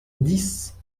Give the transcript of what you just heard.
dix